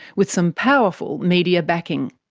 with some powerful media backing.